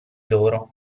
loro